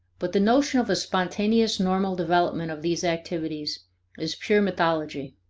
but the notion of a spontaneous normal development of these activities is pure mythology.